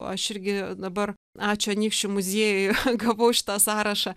aš irgi dabar ačiū anykščių muziejui gavau šitą sąrašą